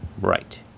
Right